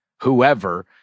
whoever